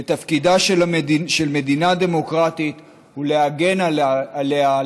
ותפקידה של מדינה דמוקרטית הוא להגן עליה,